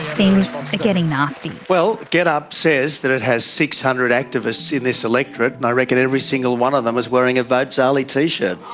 things are getting nasty. well getup says it has six hundred activists in this electorate and i reckon every single one of them is wearing a vote zali t-shirt.